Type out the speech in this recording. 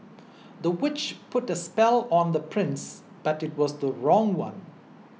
the witch put a spell on the prince but it was the wrong one